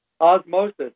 Osmosis